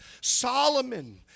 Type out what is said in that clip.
Solomon